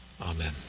Amen